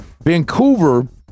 Vancouver